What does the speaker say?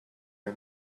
and